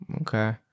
Okay